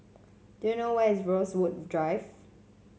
do you know where is Rosewood Drive